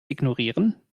ignorieren